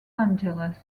angeles